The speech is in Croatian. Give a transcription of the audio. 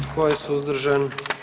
Tko je suzdržan?